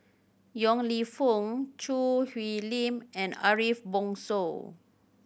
Yong Lew Foong Choo Hwee Lim and Ariff Bongso